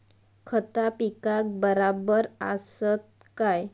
खता पिकाक बराबर आसत काय?